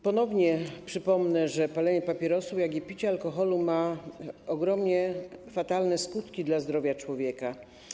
Ponownie przypomnę, że palenie papierosów i picie alkoholu ma ogromnie fatalne skutki dla zdrowia człowieka.